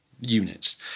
units